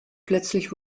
plötzlich